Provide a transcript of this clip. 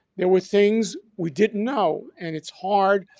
there were things we didn't know and it's hard.